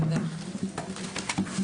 הישיבה ננעלה בשעה 11:19.